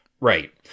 Right